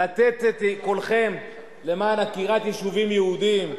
לתת את קולכם למען עקירת יישובים יהודיים,